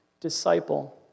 disciple